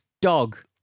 dog